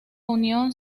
unión